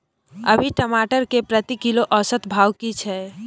अभी टमाटर के प्रति किलो औसत भाव की छै?